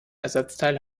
ersatzteil